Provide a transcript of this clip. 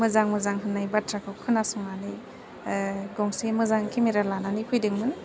मोजां मोजां होन्नाइ बाथ्राखौ खोनासंनानै गंसे मोजां केमेरा लानानै फैदोंमोन